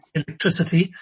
electricity